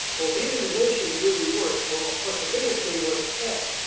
well vietnamization really worked. well of course the biggest thing was tet.